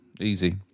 Easy